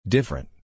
Different